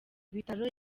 bitaro